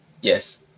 Yes